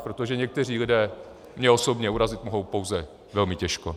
Protože někteří lidé mě osobně urazit mohou pouze velmi těžko.